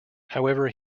however